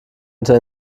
unter